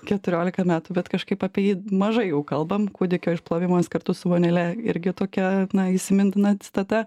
keturiolika metų bet kažkaip apie jį mažai jau kalbam kūdikio išplovimas kartu su vonele irgi tokia na įsimintina citata